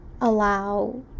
allow